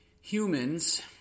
humans